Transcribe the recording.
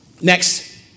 Next